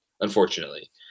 unfortunately